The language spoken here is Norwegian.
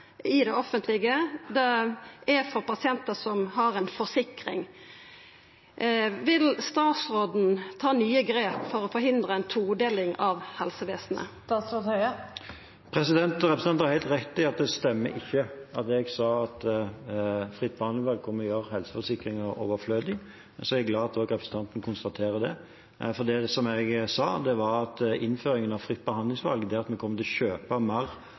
i det offentlege. Det er for pasientar som har ei forsikring. Vil statsråden ta nye grep for å hindra ei todeling av helsevesenet? Representanten har helt rett – det stemmer ikke at jeg sa at fritt behandlingsvalg kom til å gjøre helseforsikringer overflødige. Jeg er glad for at representanten konstaterer det. Det jeg sa, var at innføringen av fritt behandlingsvalg, det at vi kunne kjøpe mer av den ledige kapasiteten hos de private for å